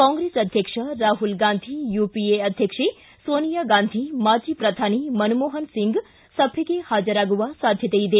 ಕಾಂಗ್ರೆಸ್ ಅಧ್ಯಕ್ಷ ರಾಹುಲ್ ಗಾಂಧಿ ಯುಪಿಎ ಅಧ್ಯಕ್ಷ ಸೋನಿಯಾ ಗಾಂಧಿ ಮಾಜಿ ಪ್ರಧಾನಿ ಮನಮೋಹನ್ ಸಿಂಗ್ ಸಭೆಗೆ ಹಾಜರಾಗುವ ಸಾಧ್ವತೆ ಇದೆ